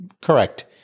Correct